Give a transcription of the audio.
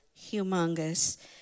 humongous